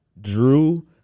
Drew